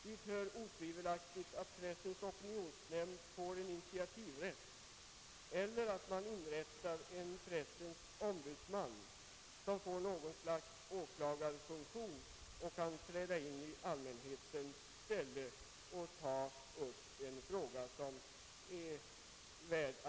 Dit hör otivelaktigt att Pressens opinionsnämnd får initivativrätt eller att man inrättar en pressens ombudsman som erhåller ett slags åklagarfunktion och kan träda in i allmänhetens ställe och ta upp frågor av värde.